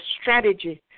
strategy